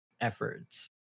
efforts